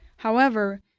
however,